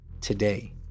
today